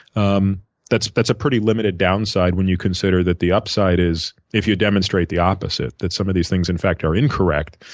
um that's that's a pretty limited downside when you consider that the upside is if you demonstrate the opposite that some of these things in fact are incorrect,